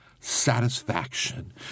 satisfaction